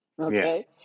okay